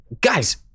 Guys